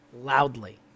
loudly